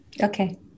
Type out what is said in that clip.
okay